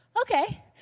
Okay